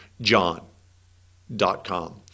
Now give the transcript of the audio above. john.com